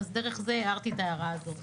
אז דרך זה הערתי גם את ההערה הזאת.